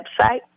website